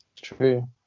True